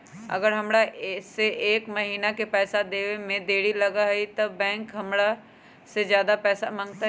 अगर हमरा से एक महीना के पैसा देवे में देरी होगलइ तब बैंक हमरा से ज्यादा पैसा मंगतइ?